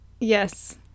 Yes